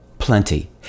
plenty